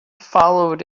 followed